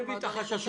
אני מבין את החששות.